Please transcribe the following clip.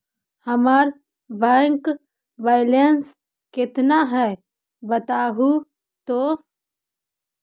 हमर bank balance केतना है बताहु तो?